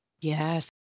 Yes